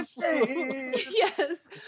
Yes